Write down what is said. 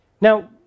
Now